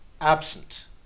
absent